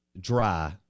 dry